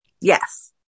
Yes